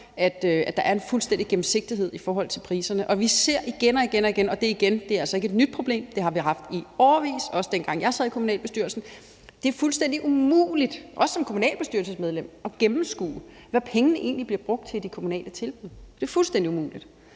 at der er en fuldstændig gennemsigtighed i forhold til priserne. Vi ser igen og igen, og det er ikke nyt et problem – det har vi haft i årevis, også dengang jeg sad i kommunalbestyrelsen – at det er fuldstændig umuligt også som kommunalbestyrelsesmedlem at gennemskue, hvad pengene egentlig bliver brugt til i de kommunale tilbud; det er fuldstændig umuligt.